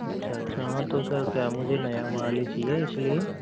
अच्छा अच्छा हाँ तो सर क्या मुझे नया माल ही चाहिए इसलिए